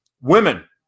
Women